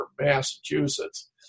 Massachusetts